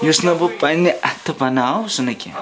یُس نہٕ بہٕ پنٕنہِ اَتھٕ بَناو سُہ نہَ کیٚنٛہہ